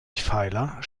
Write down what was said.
pfeiler